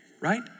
right